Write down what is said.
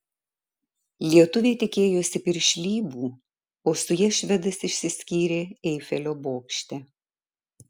lietuvė tikėjosi piršlybų o su ja švedas išsiskyrė eifelio bokšte